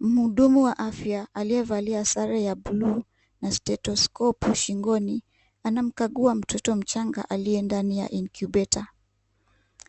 Mhudumu wa afya aliyevalia sare ya buluu na stetoskopu shingoni, anamkagua mtoto mchanga aliye ndani ya incubator .